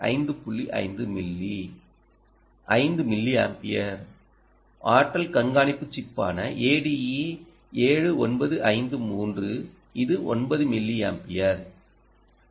5மில்லி 5 milliampere ஆற்றல் கண்காணிப்பு சிப்பான ADE7953 இது 9 மில்லியாம்பியர் எல்